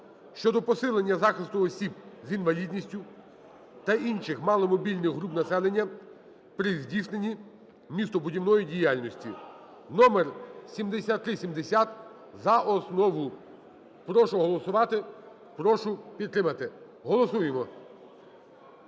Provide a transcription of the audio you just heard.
(щодо посилення захисту осіб з інвалідністю та інших маломобільних груп населення при здійсненні містобудівної діяльності) (№7370) за основу. Прошу голосувати. Прошу підтримати. Голосуємо!